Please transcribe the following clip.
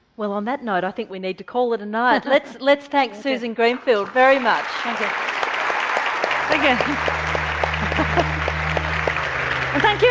well on that note i think we need to call it a night. let's let's thank susan greenfield very much. um thank you.